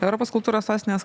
europos kultūros sostinės